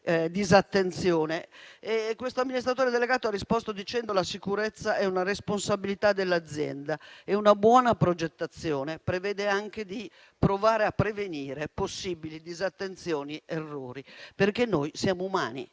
Questo amministratore delegato ha risposto dicendo: la sicurezza è una responsabilità dell'azienda e una buona progettazione prevede anche di provare a prevenire possibili disattenzioni ed errori, perché noi siamo umani.